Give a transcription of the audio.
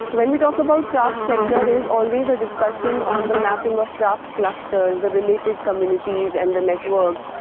when we talk about craft sector there is always a discussion on the mapping of craft clusters the related communities and the networks,